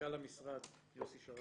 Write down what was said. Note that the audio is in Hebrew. מנכ"ל המשרד, יוסי שרעבי.